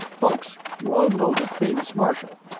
folks, you all know the famous marshal.